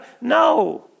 No